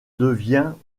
devient